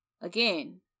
Again